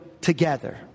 together